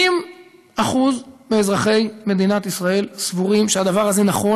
70% מאזרחי מדינת ישראל סבורים שהדבר זה נכון,